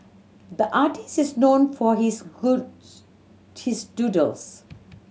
the artist is known for his his doodles